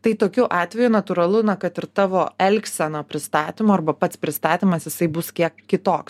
tai tokiu atveju natūralu na kad ir tavo elgsena pristatymo arba pats pristatymas jisai bus kiek kitoks